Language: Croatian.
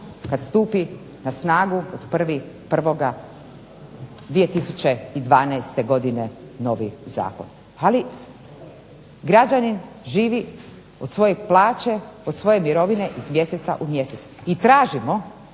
kada stupi na snagu od 1.1.2012. godine novi zakon. Ali građanin živi od svoje plaće, od svoje mirovine iz mjeseca u mjesec. I tražimo